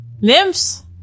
Nymphs